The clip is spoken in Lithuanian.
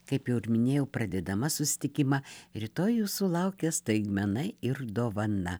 kaip jau ir minėjau pradėdama susitikimą rytoj jūsų laukia staigmena ir dovana